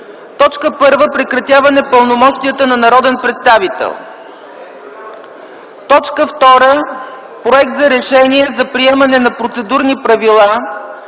следва: 1. Прекратяване пълномощията на народен представител. 2. Проект за решение за приемане на процедурни правила